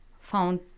found